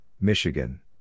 Michigan